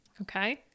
Okay